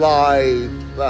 life